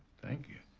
thank you.